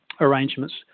arrangements